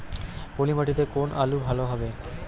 পলি মাটিতে কোন আলু ভালো হবে?